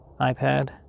iPad